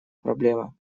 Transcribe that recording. проблема